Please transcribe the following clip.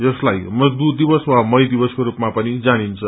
यसलाई मजदूर दिवस वा मई दिवको रूपमा पनि जानिन्छ